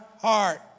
heart